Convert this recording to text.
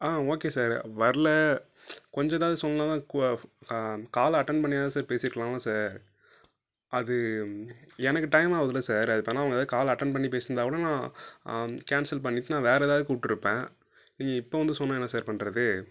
ஆ okay sir வரல கொஞ்சம் எதாவது சொன்னால்தான் காலை அட்டெண்ட் பண்ணியாவது சார் பேசிருக்கலாம்ல சார் அது எனக்கு டைம் ஆகுதுல்ல சார் அதுபேர்ன்னா அவங்க எதாவது கால் அட்டெண்ட் பண்ணி பேசிருந்தாக்கூட நான் கேன்சல் பண்ணிட்டு நான் வேற எதாவது கூப்பிட்டுருப்பேன் நீங்கள் இப்போ வந்து சொன்னால் என்ன சார் பண்ணுறது